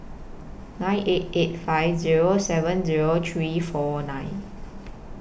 nine eight eight five Zero seven Zero three four nine